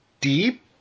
deep